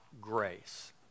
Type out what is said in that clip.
grace